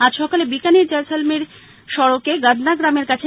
আজ সকালে বিকানির জয়সালমির সড়কে গদনাগ্রামের কাছে